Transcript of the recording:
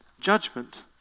judgment